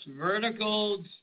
verticals